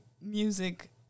music